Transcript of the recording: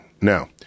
now